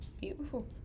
Beautiful